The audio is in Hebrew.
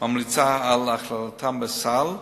ממליצה על הכללתם בסל,